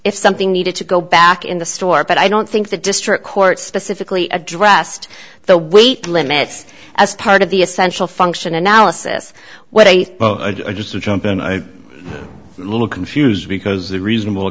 if something needed to go back in the store but i don't think the district court specifically addressed the weight limits as part of the essential function analysis what i just jump in i little confused because the reasonable